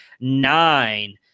nine